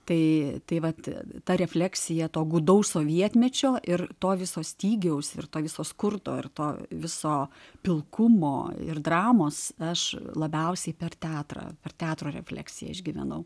tai tai vat ta refleksija to gūdaus sovietmečio ir to viso stygiaus virto viso skurdo ar to viso pilkumo ir dramos aš labiausiai per teatrą ar teatro refleksiją išgyvenau